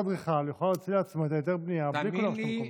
עכשיו אדריכל יכול להוציא לעצמו את היתר הבנייה בלי כל הרשות המקומית.